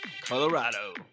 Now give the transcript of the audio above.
Colorado